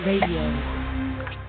Radio